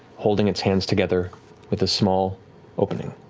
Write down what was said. holding its hands together with a small opening.